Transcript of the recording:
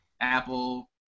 Apple